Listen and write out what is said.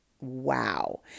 Wow